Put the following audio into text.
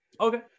okay